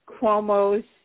Cuomo's